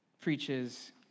preaches